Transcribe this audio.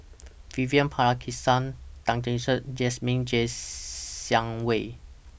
Vivian Balakrishnan Tan Lark Sye and Jasmine Ser Xiang Wei